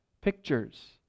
Pictures